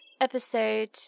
episode